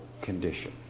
condition